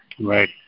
Right